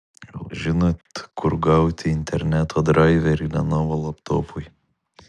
gal žinot kur gauti interneto draiverį lenovo laptopui